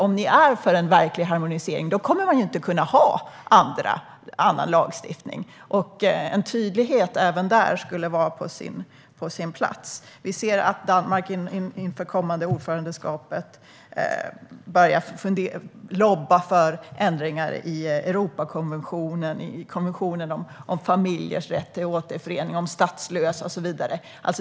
Om ni är för en verklig harmonisering kommer man ju inte att kunna ha annan lagstiftning. En tydlighet även här skulle vara på sin plats. Vi ser att Danmark inför kommande ordförandeskap börjar lobba för ändringar i Europakonventionen, konventionen om familjers rätt till återförening, om statslösa och så vidare.